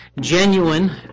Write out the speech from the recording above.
genuine